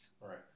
Right